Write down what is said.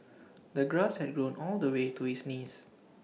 the grass had grown all the way to his knees